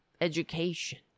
education